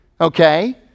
okay